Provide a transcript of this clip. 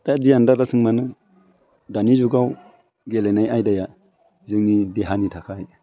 दा जियानो दाजाथों मानो दानि जुगाव गेलेनाय आयदाया जोंनि देहानि थाखाय